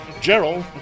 Gerald